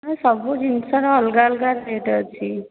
ସବୁ ଜିନିଷର ଅଲଗା ଅଲଗା ରେଟ୍ ଅଛି